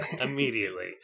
immediately